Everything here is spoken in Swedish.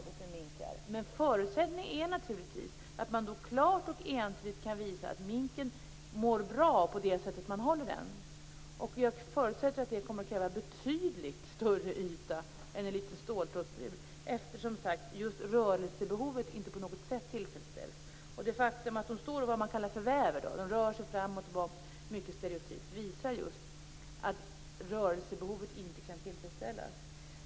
Men förutsättningen är naturligtvis att man då klart och entydigt kan visa att minken mår bra på det sätt som man håller den. Jag förutsätter att det då kommer att krävas betydligt större yta än en liten ståltrådsbur, eftersom just rörelsebehovet inte på något sätt tillfredsställs i en sådan. Det faktum att de står och "väver" som man kallar det - rör sig fram och tillbaka mycket stereotypt - visar just att rörelsebehovet inte kan tillfredsställas.